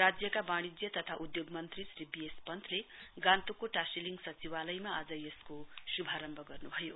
राज्यका वाणिज्य तथा उद्योग मन्त्री श्री बीएस पन्तले गान्तोकको टाशीलिङ सचिवालयमा आज यसको शुभारम्भ गर्नुभयो